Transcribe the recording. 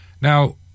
Now